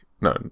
No